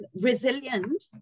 resilient